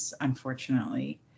unfortunately